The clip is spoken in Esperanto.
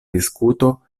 diskuto